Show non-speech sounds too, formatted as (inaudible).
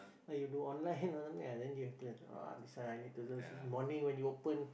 or you do online (laughs) or something ah then you have to ah this one I need to morning when you open